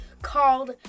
Called